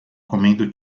comendo